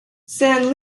san